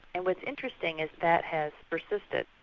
and what's interesting is that has persisted.